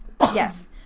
yes